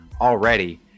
already